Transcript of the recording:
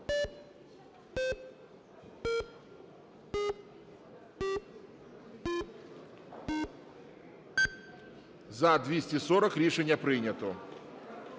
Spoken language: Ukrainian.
За-226 Рішення прийнято.